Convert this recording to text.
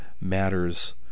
matters